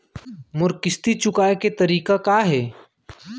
मोर किस्ती चुकोय के तारीक का हे?